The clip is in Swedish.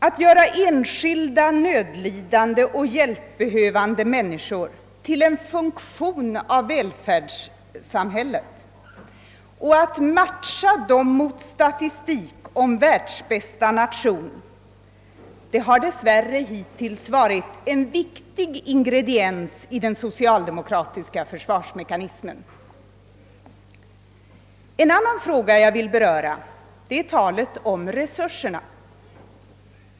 Att göra enskilda nödlidande och hjälpbehövande människor till en funktion av välfärdssamhället och att matcha dem mot statistik om världsbästa nation har dess värre hittills varit en viktig del av den socialdemokratiska försvarsmekanismen. En annan fråga jag vill beröra är talet om resurserna.